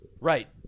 Right